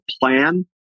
plan